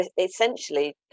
essentially